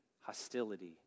hostility